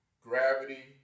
Gravity